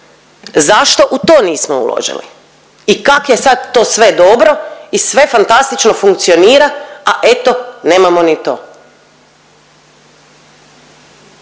Zašto u to nismo uložili i kak je sad to sve dobro i sve fantastično funkcionira, a eto nemamo ni to?